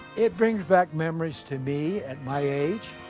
it brings back memories to me at my age.